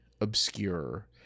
obscure